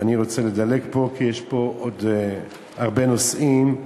אני רוצה לדלג פה, כי יש פה עוד הרבה נושאים.